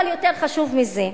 אבל, יותר חשוב מזה,